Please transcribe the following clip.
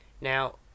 Now